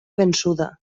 vençuda